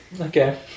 Okay